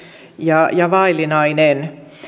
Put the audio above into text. ja ja vaillinainen